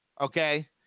okay